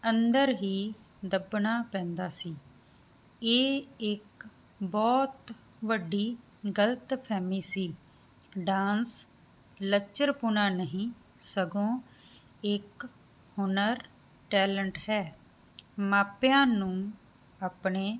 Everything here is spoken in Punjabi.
ਅੰਦਰ ਹੀ ਦਬਣਾ ਪੈਂਦਾ ਸੀ ਇਹ ਇੱਕ ਬਹੁਤ ਵੱਡੀ ਗਲਤ ਫਹਿਮੀ ਸੀ ਡਾਂਸ ਲੱਚਰਪੁਣਾ ਨਹੀਂ ਸਗੋਂ ਇੱਕ ਹੁਨਰ ਟੈਲੈਂਟ ਹੈ ਮਾਪਿਆਂ ਨੂੰ ਆਪਣੇ